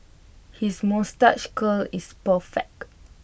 his moustache curl is perfect